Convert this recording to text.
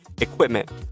equipment